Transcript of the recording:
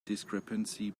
discrepancy